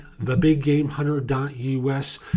TheBigGameHunter.us